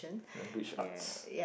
language arts